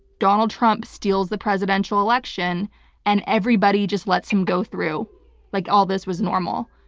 donald trump steals the presidential election and everybody just lets him go through like all this was normal.